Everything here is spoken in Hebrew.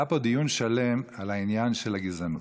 היה פה דיון שלם על העניין של הגזענות.